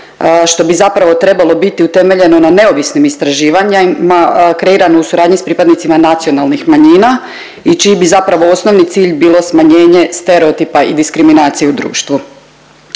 što bi zapravo trebao biti utemeljeno na neovisnim istraživanjima kreirano u suradnji s pripadnicima nacionalnih manjina i čiji bi zapravo osnovni cilj bilo smanjenje stereotipa i diskriminacije u društvu.